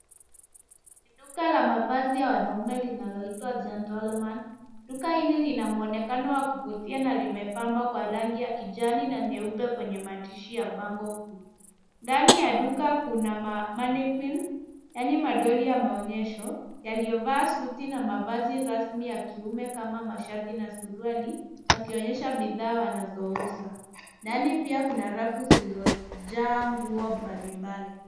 Ni duka la mavazi ya wanaume linaloitwa Gentleman. Duka hili lina muonekano wa kuvutia na limepambwa kwa rangi ya kijani na nyeupe kwenye madirisha ya bango kuu. Ndani ya duka kuna mannequins , yaani madoli ya maonyesho, yaliyovaa suti na mavazi ya kirasmi ya kiume kama mashati na suruali, yakionyesha bidhaa wanazouza. Ndani pia kuna rafu zilizojaa nguo mbalimbali.